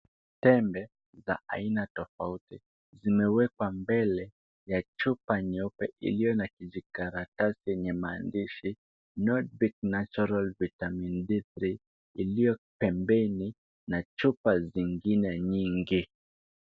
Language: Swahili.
Tembe za aina tofauti zimewekwa mbele ya chupa nyeupe iliyo na kijikaratasi yenye maandishi notvic natural vitamin D3 iliyopembeni na chupa zingine nyingi.